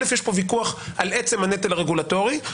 א' יש פה ויכוח על עצם הנטל הרגולטורי,